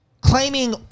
claiming